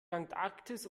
antarktis